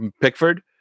Pickford